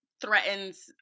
threatens